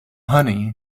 honey